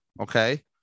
Okay